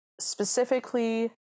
specifically